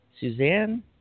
Suzanne